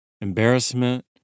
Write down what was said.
embarrassment